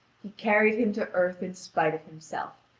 he carried him to earth in spite of himself,